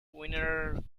winter